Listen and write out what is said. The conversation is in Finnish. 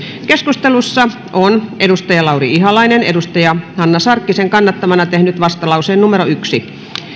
keskustelussa on lauri ihalainen hanna sarkkisen kannattamana tehnyt vastalauseen yksi